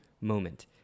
moment